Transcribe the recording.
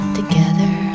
together